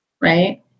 right